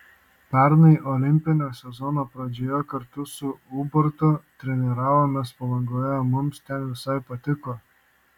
pernai olimpinio sezono pradžioje kartu su ubartu treniravomės palangoje mums ten visai patiko